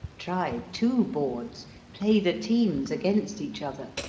try two boards play the teams against each other.